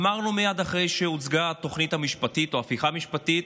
אמרנו מייד אחרי שהוצגה התוכנית המשפטית או ההפיכה המשפטית,